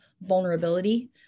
vulnerability